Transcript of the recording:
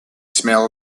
smell